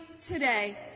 today